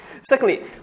Secondly